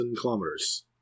kilometers